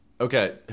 Okay